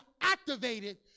activated